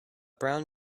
brown